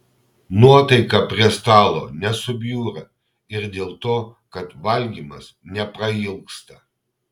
nuotaika prie stalo nesubjūra ir dėl to kad valgymas neprailgsta